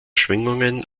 schwingungen